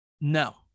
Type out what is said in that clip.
No